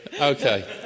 okay